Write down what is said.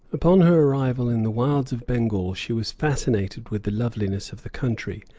upon her arrival in the wilds of bengal she was fascinated with the loveliness of the country,